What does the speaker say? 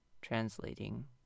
translating